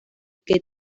que